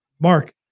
Mark